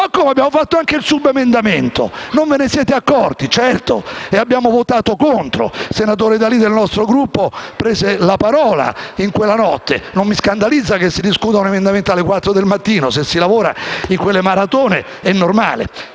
Abbiamo fatto anche il subemendamento, non ve ne siete accorti?». Certo, e abbiamo votato contro. Il senatore D'Alì del nostro Gruppo prese la parola in quella notte. Non mi scandalizza che si discuta un emendamento alle 4 del mattino; se si lavora in quelle maratone è normale.